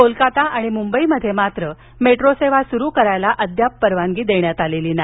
कोलकाता आणि मुंबईमध्ये मात्र मेट्रोसेवा सुरु करण्यास परवानगी देण्यात आलेली नाही